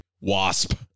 Wasp